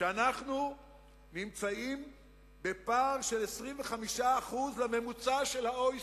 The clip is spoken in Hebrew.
שבהוצאה לחינוך אנחנו נמצאים בפער של 25% לעומת הממוצע של ה-OECD.